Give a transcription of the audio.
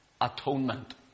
atonement